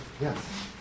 yes